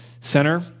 center